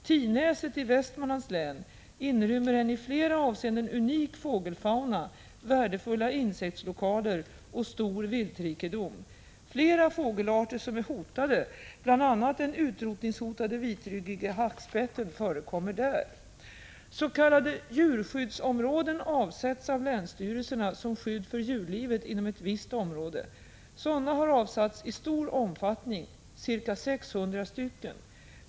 Tinäset i Västmanlands län inrymmer en i flera avseenden unik fågelfauna, värdefulla insektslokaler och stor viltrikedom. Flera fågelarter som är hotade, bl.a. den utrotningshotade vitryggiga hackspetten, förekommer där. S.k. djurskyddsområden avsätts av länsstyrelserna som skydd för djurlivet inom ett visst område. Sådana har avsatts i stor omfattning, ca 600 stycken.